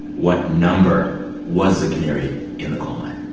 what number was the canary in the coal mine?